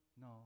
No